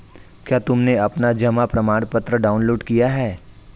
क्या तुमने अपना जमा प्रमाणपत्र डाउनलोड किया है?